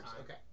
Okay